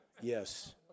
Yes